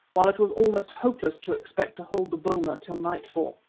while it was almost hopeless to expect to hold the boma till nightfall.